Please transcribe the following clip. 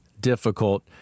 difficult